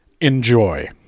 Enjoy